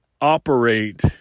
operate